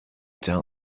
tell